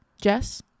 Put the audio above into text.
jess